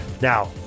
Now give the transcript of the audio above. Now